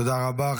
תודה רבה.